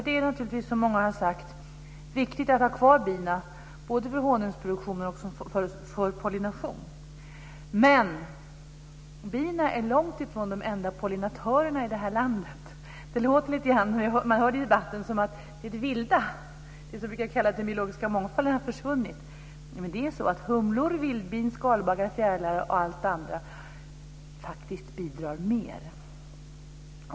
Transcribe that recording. Det är naturligtvis som många har sagt viktigt att ha kvar bina både för honungsproduktionen och för pollination. Men bina är långtifrån de enda pollinatörerna i detta land. Det låter i debatten lite grann som att det vilda, det som brukar kallas den biologiska mångfalden, har försvunnit. Men humlor, vildbin, skalbaggar, fjärilar och allt det andra bidrar faktiskt mer.